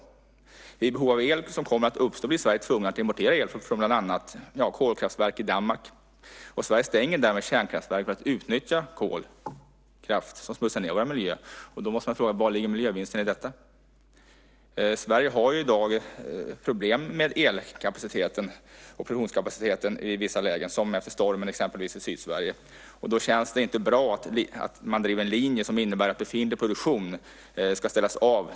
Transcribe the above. Vid det behov av el som kommer att uppstå blir Sverige tvunget att importera el bland annat från kolkraftverk i Danmark. Sverige stänger därmed kärnkraftverk för att utnyttja kolkraft som smutsar ned vår miljö. Då måste jag fråga: Vari ligger miljövinsten med detta? Sverige har i dag problem med elkapaciteten och produktionskapaciteten i vissa lägen, exempelvis efter stormen i Sydsverige. Då känns det inte bra att man driver en linje som innebär att befintlig produktion ska ställas av.